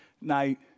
night